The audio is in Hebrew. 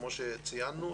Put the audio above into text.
כמו שציינו,